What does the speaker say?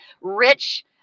rich